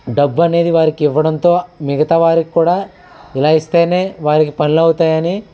డబ్బు అనేది వారికి ఇవ్వడంతో మిగతా వారికి కూడా ఇలా ఇస్తేనే వారికి పనులు అవుతాయని